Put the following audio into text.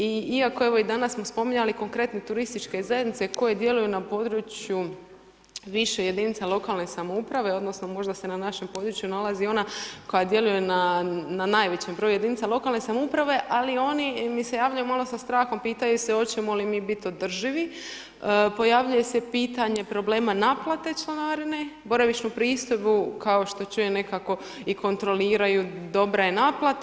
I iako evo i danas smo spominjali konkretne turističke zajednice koje djeluju na području više jedinica lokalne samouprave, odnosno možda se na našem području nalazi ona koja djeluje na najvećem broju jedinica lokalne samouprave ali oni mi se javljaju malo sa strahom, pitaju se hoćemo li mi biti održivi, pojavljuje se pitanje problema naplate članarine, boravišnu pristojbu kao što čujem nekako i kontroliraju dobra je naplata.